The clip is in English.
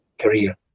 career